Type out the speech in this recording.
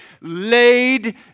laid